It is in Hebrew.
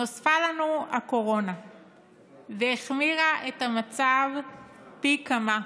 נוספה לנו הקורונה והחמירה את המצב פי כמה.